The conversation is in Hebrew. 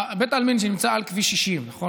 בית העלמין שנמצא על כביש 60, נכון?